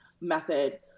method